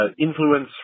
influence